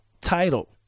title